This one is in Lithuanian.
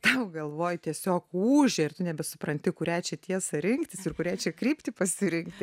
tau galvoj tiesiog ūžia ir tu nebesupranti kurią čia tiesą rinktis ir kurią čia kryptį pasirinkti